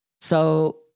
So-